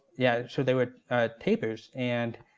yeah so, they were tapirs, and